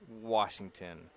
Washington